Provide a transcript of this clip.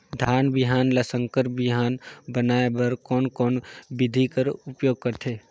धान बिहान ल संकर बिहान बनाय बर कोन कोन बिधी कर प्रयोग करथे?